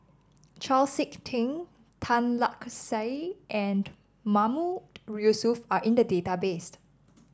Chau SiK Ting Tan Lark Sye and Mahmood Yusof are in the database